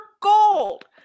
gold